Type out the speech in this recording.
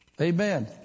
Amen